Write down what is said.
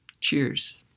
Cheers